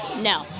No